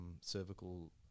cervical